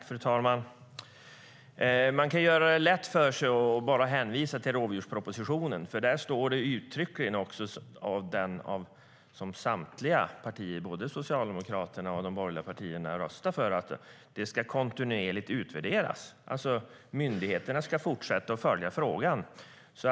Fru talman! Man kan göra det lätt för sig och hänvisa till rovdjurspropositionen. I den står uttryckligen det som både Socialdemokraterna och de borgerliga partierna röstat för, nämligen att det ska utvärderas kontinuerligt. Myndigheterna ska fortsätta att följa frågan.